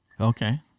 Okay